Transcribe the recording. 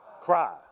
cry